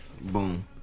Boom